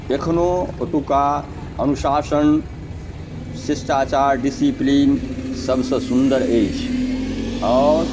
एखनो ओतुका अनुशासन शिष्टाचार डिसिपिलीन सबसे सुंदर अछि आओर